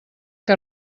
que